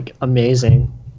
amazing